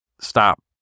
Stop